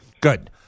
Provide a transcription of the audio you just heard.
Good